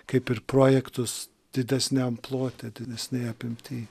kaip ir projektus didesniam plote didesnėj apimty